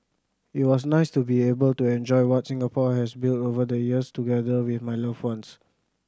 it was nice to be able to enjoy what Singapore has built over the years together with my loved ones